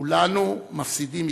כולנו מפסידים מכך.